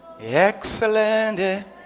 Excellent